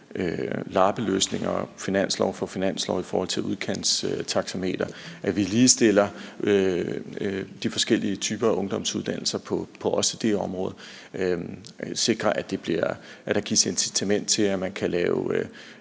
lappeløsninger finanslov for finanslov i forhold til udkantstaxameteret, og så vi ligestiller de forskellige typer af ungdomsuddannelser på også det område og sikrer, at der gives incitament til, at man kan lave